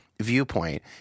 viewpoint